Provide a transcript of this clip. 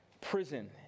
prison